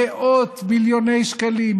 מאות מיליוני שקלים,